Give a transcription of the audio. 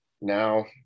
now